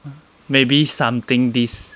maybe something this